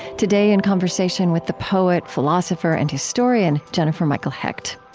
today, in conversation with the poet, philosopher, and historian jennifer michael hecht.